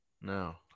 no